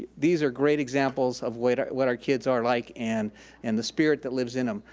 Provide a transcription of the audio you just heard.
these are great examples of what our what our kids are like and and the spirit that lives in em.